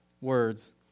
words